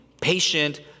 patient